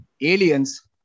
Aliens